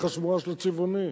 דרך השמורה של הצבעונים.